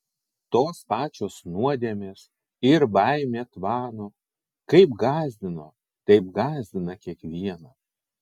tos pačios nuodėmės ir baimė tvano kaip gąsdino taip gąsdina kiekvieną